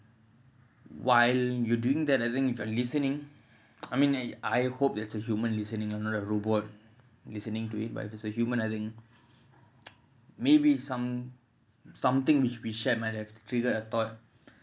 while you're doing that I think if are listening I mean I I hope that to human listening on the robot listening to it but if it's a human adding maybe some something which we shared might have triggered a thought